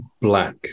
black